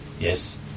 Yes